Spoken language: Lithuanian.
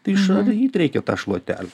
tai išardyt reikia tą šluotelę